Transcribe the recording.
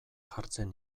jartzen